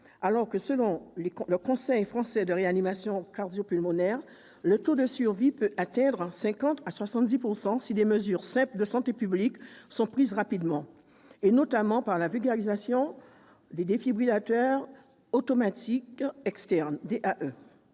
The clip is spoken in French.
alors que, selon le Conseil français de réanimation cardio-pulmonaire, ce taux de survie peut atteindre 50 % à 70 % si des mesures simples de santé publique sont prises rapidement, notamment par la vulgarisation des défibrillateurs automatiques externes ? En